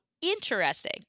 interesting